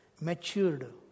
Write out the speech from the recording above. matured